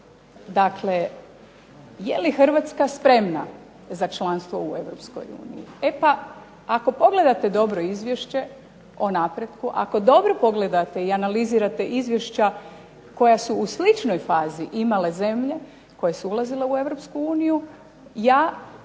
dakle je li Hrvatska spremna za članstvo u Europskoj uniji? E pa, ako dobro pogledate izvješće o napretku, ako dobro pogledate i analizirate izvješća koja su u sličnoj fazi imale zemlje koje su ulazile u Europsku